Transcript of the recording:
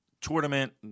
tournament